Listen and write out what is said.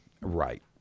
Right